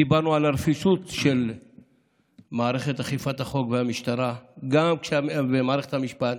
דיברנו על הרפיסות של מערכת אכיפת החוק והמשטרה ומערכת המשפט.